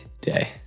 day